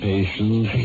Patience